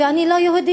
ואני לא יהודייה.